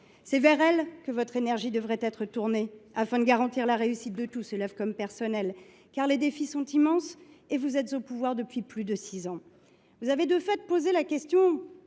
C’est vers elle que votre énergie devrait être tournée, afin de garantir la réussite de tous, élèves comme personnel, car les défis sont immenses et vous êtes au pouvoir depuis plus de six ans. Vous avez, de fait, posé la question